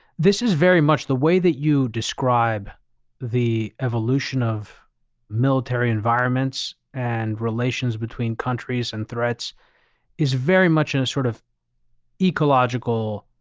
this is very much the way that you describe the evolution of military environments and relations between countries and threats is very much in a sort of ecological,